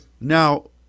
Now